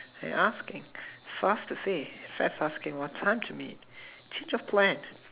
I asking for us to say Seth's asking what time to meet she just went